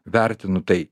vertinu tai